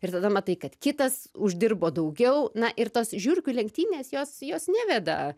ir tada matai kad kitas uždirbo daugiau na ir tos žiurkių lenktynės jos jos neveda